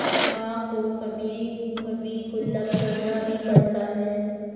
मां को कभी कभी गुल्लक तोड़ना भी पड़ता है